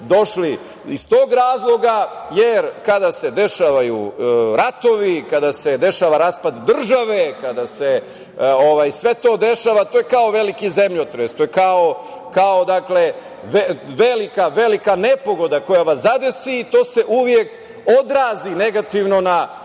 došli iz tog razloga, jer kada se dešavaju ratovi, kada se dešava raspad države, kada se sve to dešava to je kao veliki zemljotres, to je kao velika nepogoda koja vas zadesi i to se uvek odrazi negativno na razne